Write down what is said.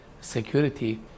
security